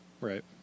Right